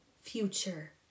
future